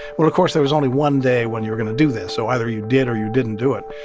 well, of course, there was only one day when you're going to do this, so either you did or you didn't do it.